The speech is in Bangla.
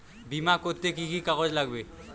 বিমা করতে কি কি কাগজ লাগবে?